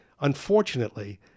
Unfortunately